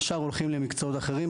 השאר הולכים למקצועות אחרים,